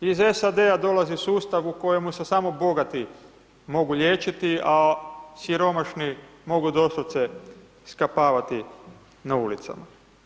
Iz SAD-a dolazi sustav u kojemu se samo bogati mogu liječiti, a siromašni mogu doslovce skapavati na ulicama.